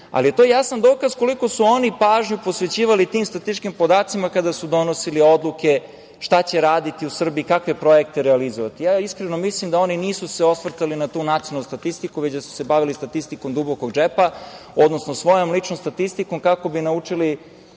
ali je to jasan dokaz koliku su oni pažnju posvećivali tim statističkim podacima kada su donosili odluke šta će raditi u Srbiji, kakve projekte realizovati. Ja iskreno mislim da se oni nisu osvrtali na tu nacionalnu statistiku, već da su se bavili statistikom dubokog džepa, odnosno svojom ličnom statistikom, kako bi naučili